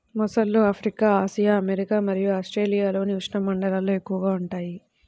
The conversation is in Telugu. మొసళ్ళు ఆఫ్రికా, ఆసియా, అమెరికా మరియు ఆస్ట్రేలియాలోని ఉష్ణమండలాల్లో ఎక్కువగా ఉంటాయి